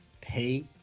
pay